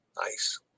Nice